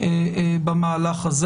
במהלך הזה.